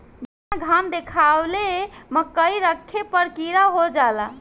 बीना घाम देखावले मकई रखे पर कीड़ा हो जाला